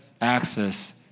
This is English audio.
access